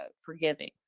forgiving